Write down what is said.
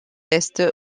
est